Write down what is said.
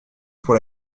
pour